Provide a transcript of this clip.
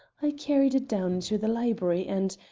i carried it down into the library and,